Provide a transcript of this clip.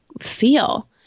feel